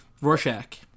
Rorschach